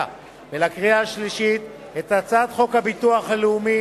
ולקריאה שלישית את הצעת חוק הביטוח הלאומי